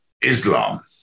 Islam